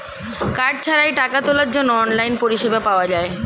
card ছাড়াই টাকা তোলার জন্য অনলাইন পরিষেবা পাওয়া যায়